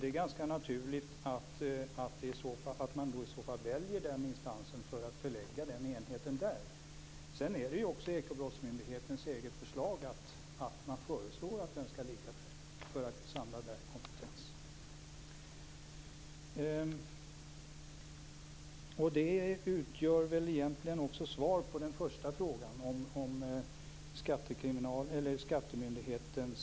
Det är ganska naturligt att man därför väljer att förlägga enheten dit. Också Ekobrottsmyndigheten föreslår att enheten skall ligga där för att man skall kunna samla kompetensen. Detta utgör egentligen också svar på den första frågan om varför man förlägger enheten till skattemyndigheten.